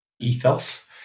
ethos